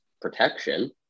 protection